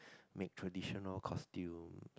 make traditional costumes